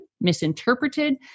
misinterpreted